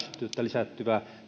hyväksyttävyyttä lisättyä